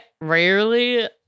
rarely